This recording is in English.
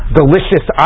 delicious